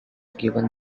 given